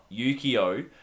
Yukio